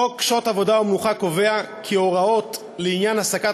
חוק שעות עבודה ומנוחה קובע כי הוראות לעניין העסקת